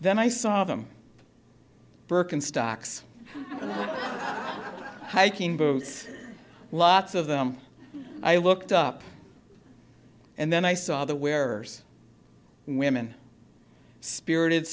then i saw them birkenstocks hiking boots lots of them i looked up and then i saw the where women spirited